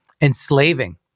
enslaving